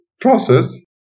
process